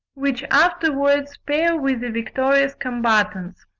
which afterwards pair with the victorious combatants.